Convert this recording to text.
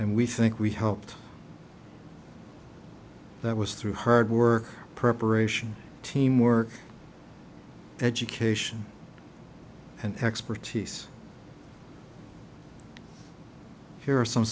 and we think we helped that was through hard work preparation teamwork education and expertise here are some